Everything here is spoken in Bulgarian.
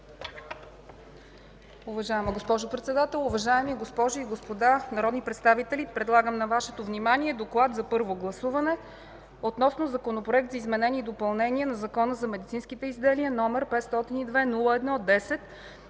Уважаема госпожо председател, уважаеми госпожи и господа народни представители! Предлагам на вашето внимание „ДОКЛАД първо гласуване относно Законопроект за изменение и допълнение на Закона за медицинските изделия, № 502-01-10,